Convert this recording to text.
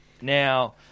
Now